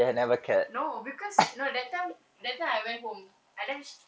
no because no that time that time I went home and then